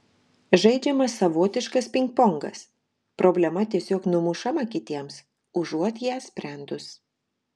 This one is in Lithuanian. žaidžiamas savotiškas pingpongas problema tiesiog numušama kitiems užuot ją sprendus